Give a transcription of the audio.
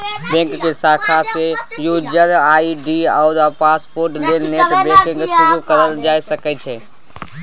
बैंकक शाखा सँ युजर आइ.डी आ पासवर्ड ल नेट बैंकिंग शुरु कयल जा सकैए